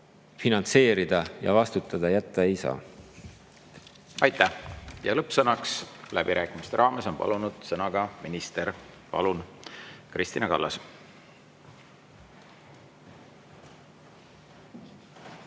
finantseerida ja vastutada jätta ei saa. Aitäh! Aitäh! Ja lõppsõnaks läbirääkimiste raames on palunud sõna ka minister. Palun, Kristina Kallas!